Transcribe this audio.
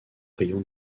rayon